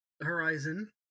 Horizon